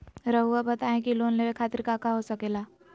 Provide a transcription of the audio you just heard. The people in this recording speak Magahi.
रउआ बताई की लोन लेवे खातिर काका हो सके ला?